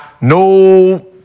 No